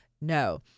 No